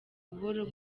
buhoro